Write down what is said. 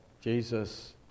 Jesus